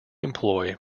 employ